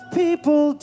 people